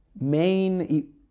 main